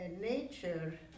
nature